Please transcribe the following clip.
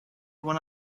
when